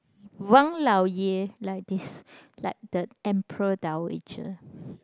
Wang Lao Ye like this like the emperor dowager